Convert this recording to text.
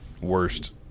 worst